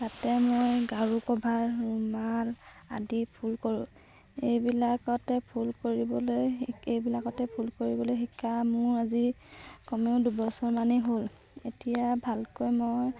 তাতে মই গাৰু কভাৰ ৰুমাল আদি ফুল কৰোঁ এইবিলাকতে ফুল কৰিবলৈ এইবিলাকতে ফুল কৰিবলৈ শিকা মোৰ আজি কমেও দুবছৰমানেই হ'ল এতিয়া ভালকৈ মই